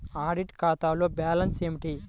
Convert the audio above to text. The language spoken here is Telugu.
ఆడిట్ ఖాతాలో బ్యాలన్స్ ఏమిటీ?